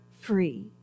free